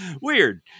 weird